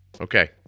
Okay